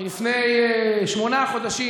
מלפני שמונה חודשים